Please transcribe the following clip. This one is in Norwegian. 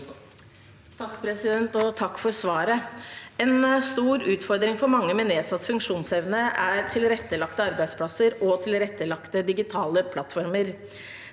Dato. måned. – Referat 2023 En stor utfordring for mange med nedsatt funksjonsevne er tilrettelagte arbeidsplasser og tilrettelagte digitale plattformer.